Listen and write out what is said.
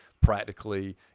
practically